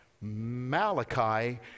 Malachi